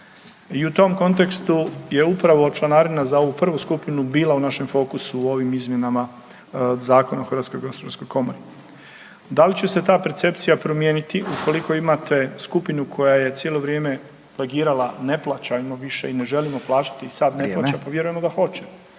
I u tom kontekstu je upravo članarina za ovu prvu skupinu bila u našem fokusu u ovim izmjenama Zakona o HGK. Da li će se ta percepcija promijeniti ukoliko imate skupinu koja je cijelo vrijeme legirala ne plaćajmo više i ne želimo plaćati sad sa ne plaća …/Upadica: